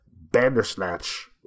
Bandersnatch